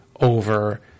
over